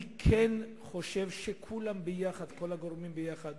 אני כן חושב שכולם ביחד, כל הגורמים ביחד,